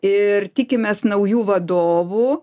ir tikimės naujų vadovų